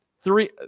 Three